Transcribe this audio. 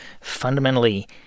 fundamentally